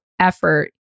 effort